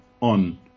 on